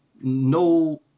no